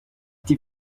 die